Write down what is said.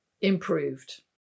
improved